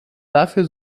dafür